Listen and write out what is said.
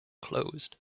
closed